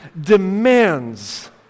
demands